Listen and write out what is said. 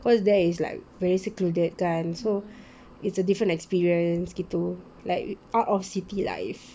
cause there is like very secluded kan so it's a different experience gitu like out of city life